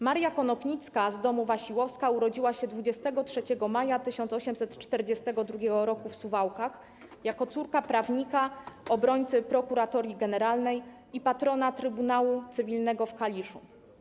Maria Konopnicka, z domu Wasiłowska, urodziła się 23 maja 1842 roku w Suwałkach, jako córka prawnika, obrońcy Prokuratorii Generalnej i patrona Trybunału Cywilnego w Kaliszu.